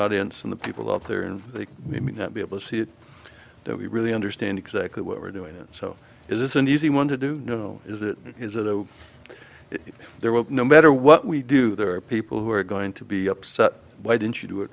audience and the people up there and they may not be able to see it that we really understand exactly what we're doing so it is an easy one to do know is it is a there were no matter what we do there are people who are going to be upset why didn't you do it